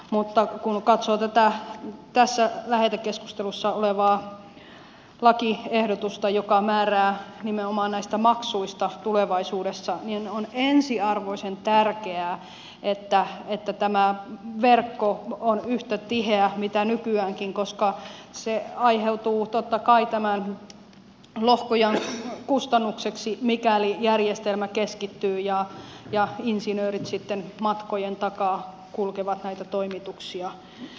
mutta kun katsoo tätä lähetekeskustelussa olevaa lakiehdotusta joka määrää nimenomaan näistä maksuista tulevaisuudessa on ensiarvoisen tärkeää että tämä verkko on yhtä tiheä kuin nykyäänkin koska se aiheutuu totta kai tämän lohkojan kustannukseksi mikäli järjestelmä keskittyy ja insinöörit sitten matkojen takaa kulkevat näitä toimituksia